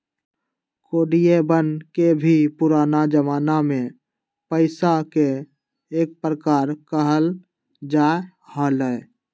कौडियवन के भी पुराना जमाना में पैसा के एक प्रकार कहल जा हलय